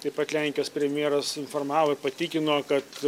taip pat lenkijos premjeras informavo ir patikino kad